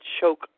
choke